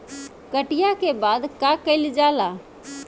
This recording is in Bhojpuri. कटिया के बाद का कइल जाला?